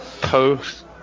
post